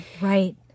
right